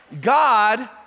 God